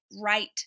right